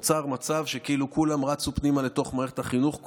נוצר מצב שכאילו כולם רצו פנימה לתוך מערכת החינוך,